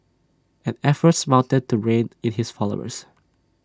and efforts mounted to rein in his followers